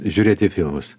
žiūrėti filmus